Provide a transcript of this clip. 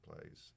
plays